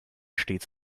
stets